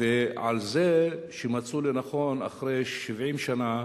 ועל זה שמצאו לנכון, אחרי 70 שנה